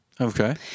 okay